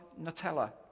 Nutella